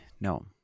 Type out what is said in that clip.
No